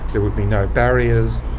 there would be no barriers,